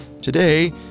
Today